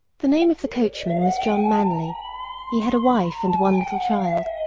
the name of the coachman was john manly he had a wife and one little child,